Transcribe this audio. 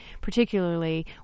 particularly